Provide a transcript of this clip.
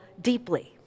deeply